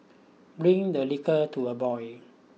bring the liquor to a boil